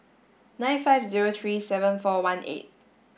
nine five zero three seven four one eight